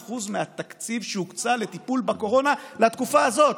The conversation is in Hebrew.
52% מהתקציב שהוקצה לטיפול בקורונה לתקופה הזאת,